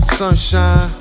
sunshine